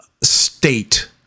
state